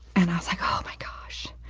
and i was like, oh my gosh.